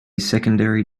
secondary